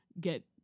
get